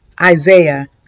Isaiah